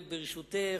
ברשותך,